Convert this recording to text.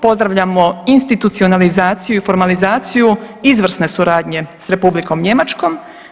Pozdravljamo institucionalizaciju i formalizaciju izvrsne suradnje s Republikom Njemačkom.